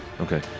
Okay